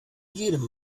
jedem